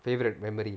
favourite memory